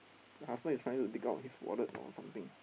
her husband is trying to dig out his wallet or something